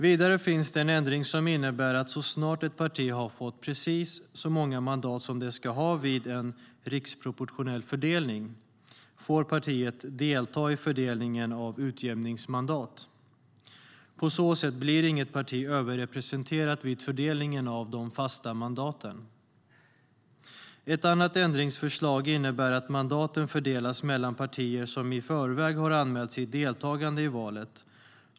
Vidare finns en ändring som innebär att så snart ett parti har fått precis så många mandat som det ska ha vid en riksproportionell fördelning får partiet inte delta i fördelningen av utjämningsmandat. På så sätt blir inget parti överrepresenterat vid fördelningen av de fasta mandaten. Ett annat ändringsförslag innebär att mandaten fördelas mellan partier som i förväg har anmält sitt deltagande i valet.